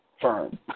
firm